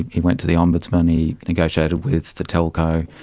he went to the ombudsman, he negotiated with the telco,